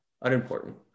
unimportant